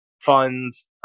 funds